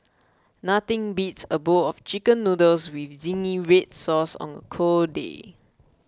nothing beats a bowl of Chicken Noodles with Zingy Red Sauce on a cold day